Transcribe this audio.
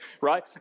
right